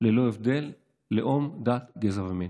ללא הבדל לאום, דת, גזע ומין.